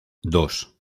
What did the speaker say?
dos